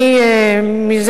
ישיב שר התחבורה.